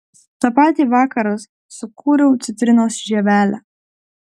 tą patį vakarą sukūriau citrinos žievelę